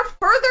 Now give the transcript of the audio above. further